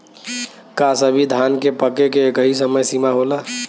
का सभी धान के पके के एकही समय सीमा होला?